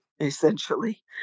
essentially